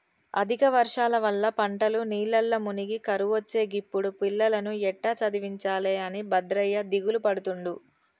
అధిక వర్షాల వల్ల పంటలు నీళ్లల్ల మునిగి కరువొచ్చే గిప్పుడు పిల్లలను ఎట్టా చదివించాలె అని భద్రయ్య దిగులుపడుతుండు